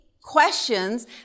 questions